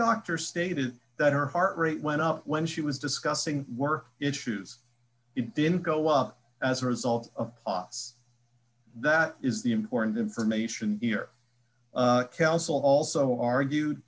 doctor stated that her heart rate went up when she was discussing work issues it didn't go up as a result of os that is the important information council also argued